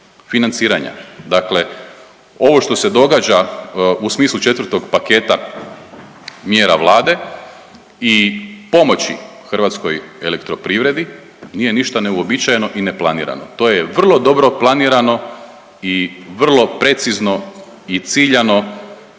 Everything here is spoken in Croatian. financiranja. Dakle ovo što se događa u smislu 4. paketa mjera Vlade i pomoći HEP-u nije ništa neuobičajeno i neplanirano. To je vrlo dobro planirano i vrlo precizno i ciljano